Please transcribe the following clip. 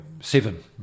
seven